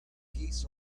geese